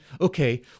okay